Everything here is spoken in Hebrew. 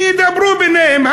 שידברו ביניהם,